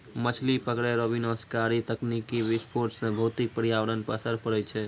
मछली पकड़ै रो विनाशकारी तकनीकी विस्फोट से भौतिक परयावरण पर असर पड़ै छै